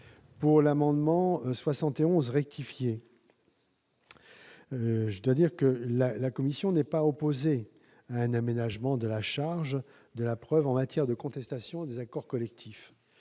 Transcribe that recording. identiques n 71 rectifié et 93, la commission n'est pas opposée à un aménagement de la charge de la preuve en matière de contestation des accords collectifs.